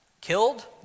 killed